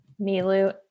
Milu